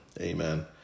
Amen